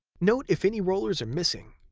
note if any rollers are missing,